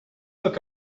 look